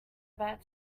about